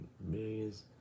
millions